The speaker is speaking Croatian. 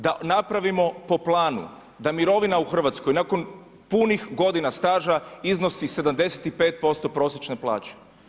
Da napravimo po planu da mirovina u Hrvatskoj nakon punih godina staža iznosi 75% prosječne plaće.